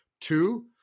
Two